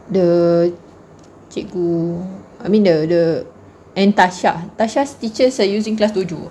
the cikgu I mean the the and tasha tasha's teachers are using class dojo